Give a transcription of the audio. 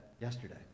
yesterday